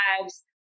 lives